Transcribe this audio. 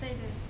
对对